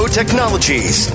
technologies